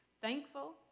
Thankful